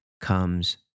comes